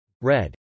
red